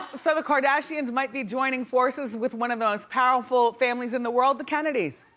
so the kardashians might be joining forces with one of the most powerful families in the world, the kennedys.